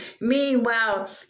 meanwhile